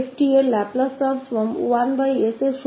तो 𝑓𝑡 का Laplace transform 1s होगा